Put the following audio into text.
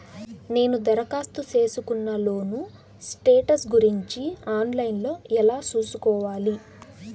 నేను దరఖాస్తు సేసుకున్న లోను స్టేటస్ గురించి ఆన్ లైను లో ఎలా సూసుకోవాలి?